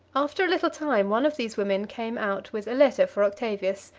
after a little time, one of these women came out with a letter for octavius,